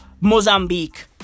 Mozambique